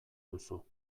duzu